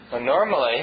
Normally